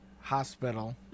Hospital